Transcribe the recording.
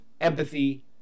empathy